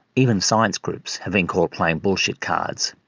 even science groups have been caught playing bullshit cards,